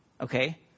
okay